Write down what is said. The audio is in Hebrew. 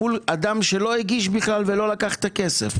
מול אדם שלא הגיש בכלל ולא לקח את הכסף.